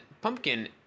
pumpkin